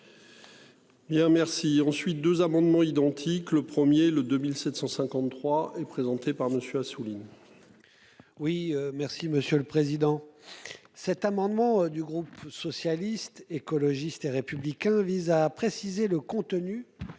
Bien merci ensuite deux amendements identiques, le 1er, le 2753 et présenté par monsieur Assouline. Oui, merci monsieur le président. Cet amendement du groupe socialiste, écologiste et républicain vise à préciser le contenu